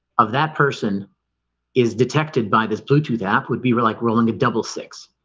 of that person is detected by this bluetooth app would be like rolling a double six